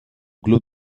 club